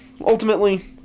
ultimately